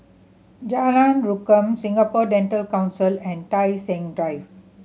Jalan Rukam Singapore Dental Council and Tai Seng Drive